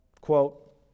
Quote